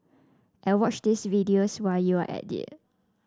and watch this videos while you're at it